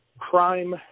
crime